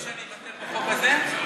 רוצים שאני אוותר בחוק הזה?